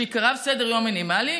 שעיקריו סדר-יום מינימלי,